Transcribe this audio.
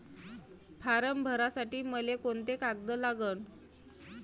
Form भरासाठी मले कोंते कागद लागन?